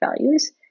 values